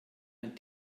ein